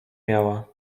miała